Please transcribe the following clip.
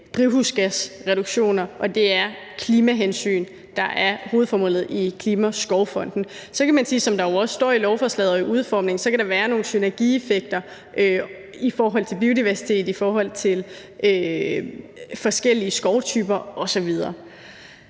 drivhusgasreduktioner, og at det er klimahensynet, der er hovedformålet med Klimaskovfonden. Så kan man sige, som der jo også står i lovforslaget, at der kan være nogle synergieffekter i forhold til biodiversitet, forskellige skovtyper osv.